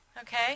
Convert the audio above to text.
okay